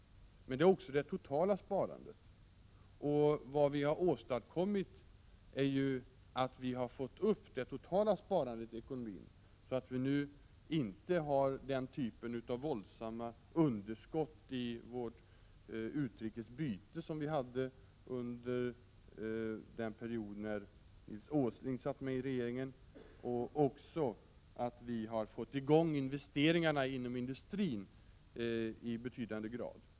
Men det är också det totala sparandet. Vad vi har åstadkommit är ju att vi har ökat det totala sparandet i ekonomin, så att vi nu inte har den typen av våldsamma underskott i vår handelsbalans som vi hade under den period när Nils Åsling satt med i regeringen. Vi har också fått i gång investeringarna inom industrin i betydande grad.